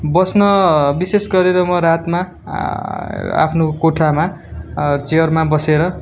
बस्न विशेष गरेर म रातमा आफ्नो कोठामा चेयरमा बसेर